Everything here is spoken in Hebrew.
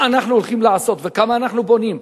מה אנחנו הולכים לעשות וכמה אנחנו בונים,